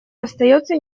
остается